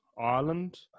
Ireland